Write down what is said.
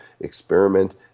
experiment